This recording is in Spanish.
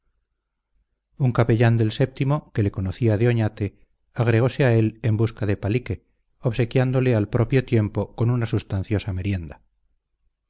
un capellán del o que le conocía de oñate agregose a él en busca de palique obsequiándole al propio tiempo con una sustanciosa merienda